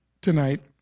tonight